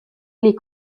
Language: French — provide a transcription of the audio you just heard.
les